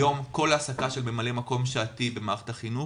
היום כל העסקה של ממלא מקום שעתי במערכת החינוך,